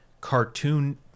cartoon